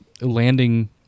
landing